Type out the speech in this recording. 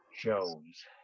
Jones